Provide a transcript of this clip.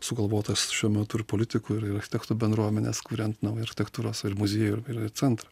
sugalvotas šiuo metu ir politikų ir architektų bendruomenės kuriant naują architektūros ir muziejų ir ir centrą